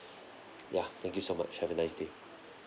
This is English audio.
ya thank you so much have a nice day